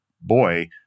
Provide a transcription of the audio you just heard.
boy